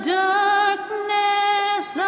darkness